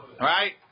right